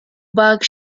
buck